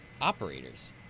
operators